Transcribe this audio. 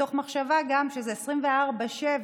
גם מתוך מחשבה שזה 24/7,